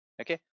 okay